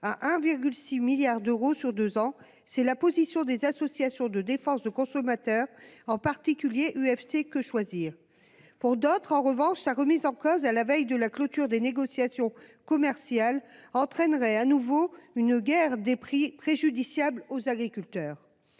à 1,6 milliard d'euros sur deux ans- c'est la position des associations de défense de consommateurs, en particulier l'UFC-Que Choisir. Pour d'autres, en revanche, sa remise en cause à la veille de la clôture des négociations commerciales entraînerait de nouveau une guerre des prix préjudiciable aux agriculteurs.